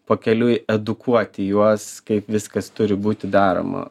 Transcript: pakeliui edukuoti juos kaip viskas turi būti daroma